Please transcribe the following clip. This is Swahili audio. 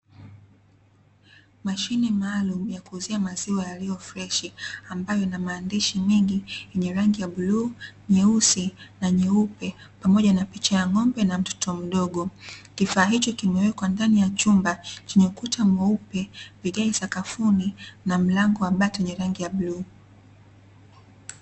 Mashine maalumu ya kuuzia maziwa yaliyo freshi ambayo ina maandishi mengi yenye rangi ya bluu, nyeusi na nyeupe pamoja na picha ya ng'ombe na mtoto mdogo. Kifaa hicho kimewekwa ndani ya chumba chenye ukuta mweupe, vigae sakafuni na mlango wa bati wenye rangi ya bluu.